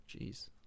Jeez